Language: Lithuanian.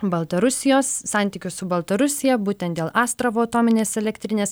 baltarusijos santykius su baltarusija būtent dėl astravo atominės elektrinės